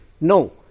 No